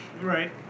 right